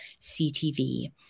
CTV